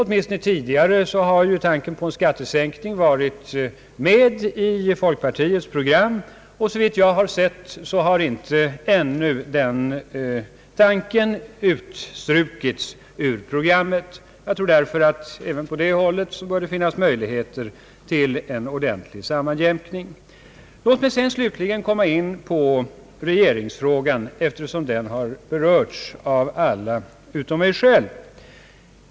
Tanken på en skattesänkning har åtminstone tidigare varit med i folkpartiets program, och såvitt jag vet har denna tanke ännu inte strukits ur programmet. Jag tror därför att det även från detta håll bör finnas möjligheter till en ordentlig sammanjämkning. Låt mig slutligen komma in på regeringsfrågan, eftersom den berörts av alla utom av mig själv.